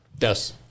Yes